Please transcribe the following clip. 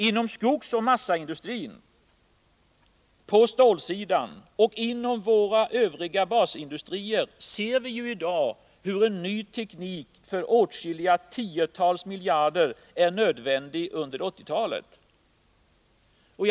Inom skogsoch massaindustrin, på stålsidan och inom våra övriga basindustrier ser vi i dag hur en ny teknik för åtskilliga tiotal miljarder är nödvändig under 1980-talet.